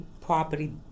property